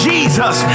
Jesus